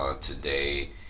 today